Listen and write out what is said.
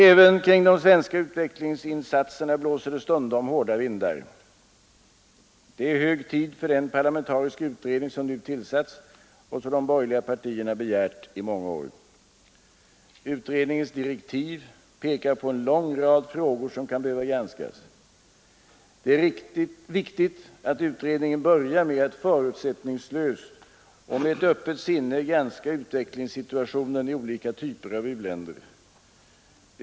Även kring de svenska utvecklingsinsatserna blåser det stundom hårda vindar. Det är hög tid för den parlamentariska utredning som nu tillsatts och som de borgerliga partierna begärt i många år. Utredningens direktiv pekar på en lång rad frågor som kan behöva granskas. Det är viktigt att utredningen börjar med att förutsättningslöst och med ett öppet sinne granska utvecklingssituationen i olika typer av u-länder.